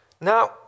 Now